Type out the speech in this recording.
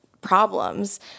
problems